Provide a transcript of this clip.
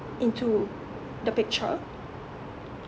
into the picture